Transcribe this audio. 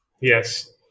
Yes